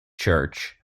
church